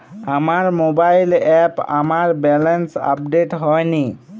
আমার মোবাইল অ্যাপে আমার ব্যালেন্স আপডেট হয়নি